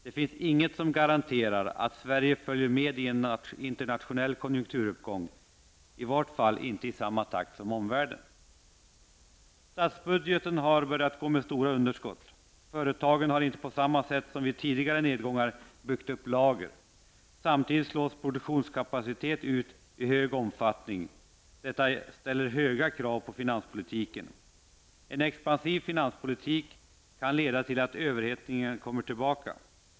Det finns ingenting som garanterar att Sverige följer med i en internationell konjunkturuppgång, i varje fall inte i samma takt som omvärlden. Statsbudgeten har börjat ge stora underskott. Företagen har inte på samma sätt som vid tidigare nedgångar byggt upp lager. Samtidigt slås produktionskapacitet ut i stor utsträckning. Detta ställer höga krav på finanspolitiken. En expansiv finanspolitik kan leda till att överhettningen kommer tillbaka.